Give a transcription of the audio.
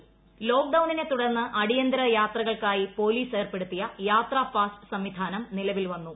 police pass ലോക്ഡൌണിനെ തുടർന്ന് അടിയന്തര യാത്രകൾക്കായി പൊലീസ് ഏർപ്പെടുത്തിയ യാത്രാ പാസ് സംവിധാനം നിലവിൽ വന്നു